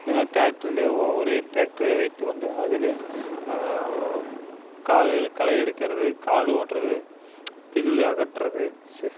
ஏன்னா டிராக்டருலேயே ஒரே டிராக்டரை வைத்துக் கொண்டு அதுலேயே களையெடுக்கிறது காலு ஓட்டுறது புல்லு அகற்றுறது